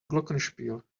glockenspiel